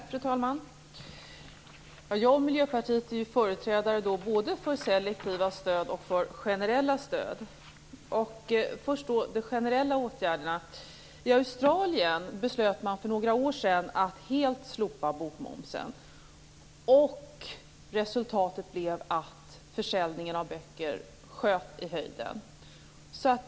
Fru talman! Jag och Miljöpartiet är företrädare för både selektiva stöd och generella stöd. Jag skall först säga något om de generella åtgärderna. I Australien fattade man för några år sedan beslut om att helt slopa bokmomsen. Resultatet blev att försäljningen av böcker sköt i höjden.